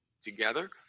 together